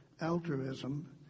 altruism